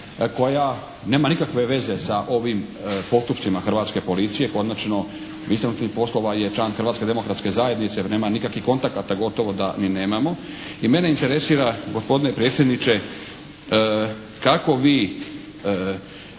koja nema nikakve veze sa ovim postupcima hrvatske policije, konačno ministar unutarnjih poslova je član Hrvatske demokratske zajednice jer nema nikakvih kontakata, gotovo da ni nemamo. I mene interesira gospodine predsjedniče kako vi